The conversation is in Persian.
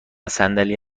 صندلی